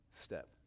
step